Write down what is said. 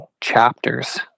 chapters